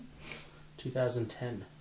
2010